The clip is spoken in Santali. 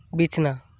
ᱵᱤᱪᱷᱱᱟ